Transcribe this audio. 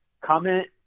comment